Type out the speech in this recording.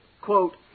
quote